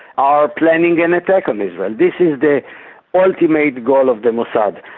are planning an attack on israel, this is the ultimate goal of the mossad,